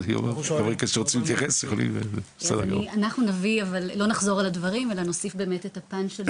אני רוצה לפנות להורה נוסף שנמצא כאן,